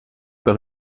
par